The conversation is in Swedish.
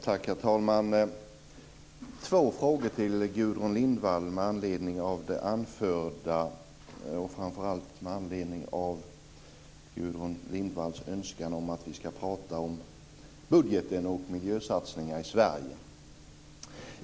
Herr talman! Jag har två frågor till Gudrun Lindvall med anledning av det anförda, och framför allt med anledning av hennes önskan om att vi ska prata om budgeten och miljösatsningar i Sverige.